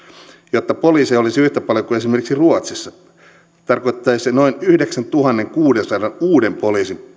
jotta poliiseja olisi yhtä paljon kuin esimerkiksi ruotsissa se tarkoittaisi noin yhdeksäntuhannenkuudensadan uuden poliisin